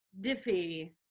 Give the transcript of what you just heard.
Diffie